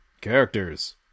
Characters